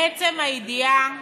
אבל אם הציבור רוצה?